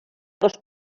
dos